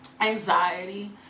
anxiety